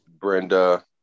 Brenda